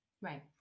Right